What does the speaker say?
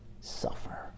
suffer